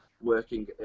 working